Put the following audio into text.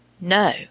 NO